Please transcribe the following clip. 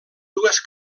dues